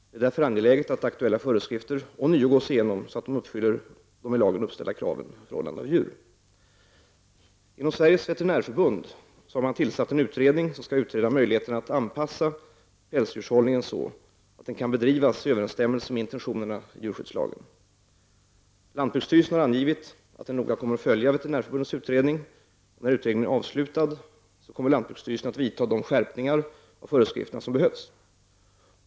Det är därför angeläget att aktuella föreskrifter ånyo gås igenom så att de uppfyller de i lagen uppställda kraven på hållande av djur. Inom Sveriges Veterinärförbund har tillsatts en utredning som skall utreda möjligheterna att anpassa pälsdjurshållningen så att den kan bedrivas i överensstämmelse med intentionerna i djurskyddslagen. Lantbruksstyrelsen har angivit att den noga kommer att följa Veterinärförbundets utredning. När utredningen är avslutad kommer lantbruksstyrelsen att vidta de skärpningar av föreskrifterna som behövs.